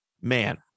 man